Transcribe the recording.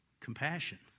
compassion